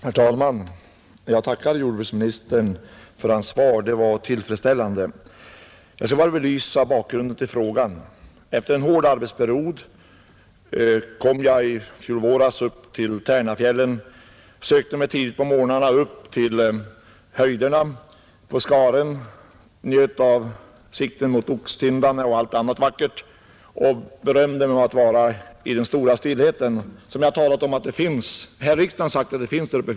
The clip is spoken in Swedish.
Herr talman! Jag tackar jordbruksministern för hans svar. Det var tillfredsställande, Jag vill här något belysa bakgrunden till min fråga. Efter en hård arbetsperiod kom jag i fjol våras upp till Tärnafjällen och sökte mig tidigt på morgnarna på skaren upp till höjderna, där jag njöt av sikten mot Okstindarne och allt annat vackert samt berömde mig av att vara i den stora stillhet som råder där uppe, enligt vad jag bl.a. här i riksdagen har förklarat.